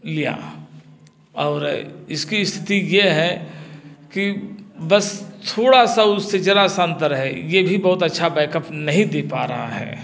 लिया और इसकी स्थिति ये है कि बस थोड़ा सा उससे ज़रा सा अंतर है ये भी बहुत अच्छा बैकअप नहीं दे पा रहा है